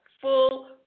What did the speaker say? full